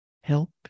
help